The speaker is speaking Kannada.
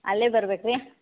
ಅಲ್ಲೆ ಬರ್ಬೇಕು ರೀ